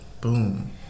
Boom